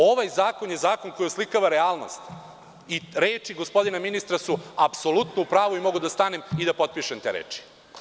Ovaj zakon je zakon koji oslikava realnost i reči gospodina ministra su apsolutno u pravu i mogu da stanem i da potpišem te reči.